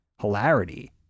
hilarity